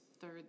third